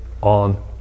on